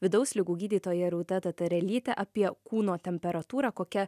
vidaus ligų gydytoja rūta tatarelyte apie kūno temperatūrą kokia